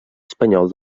espanyol